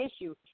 issue